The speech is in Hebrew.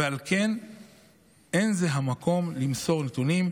ועל כן אין זה המקום למסור נתונים.